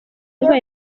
ndwara